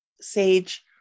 sage